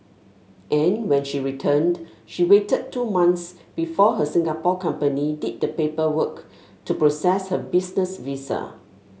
and when she returned she waited two months before her Singapore company did the paperwork to process her business visa